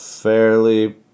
fairly